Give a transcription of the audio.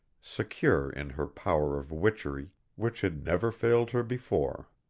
secure in her power of witchery, which had never failed her before.